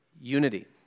unity